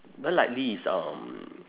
mine likely is um